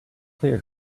clear